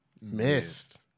Missed